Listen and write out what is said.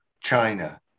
China